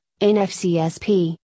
NFCSP